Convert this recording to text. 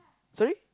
sorry